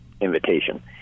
invitation